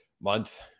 month